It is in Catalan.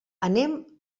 anem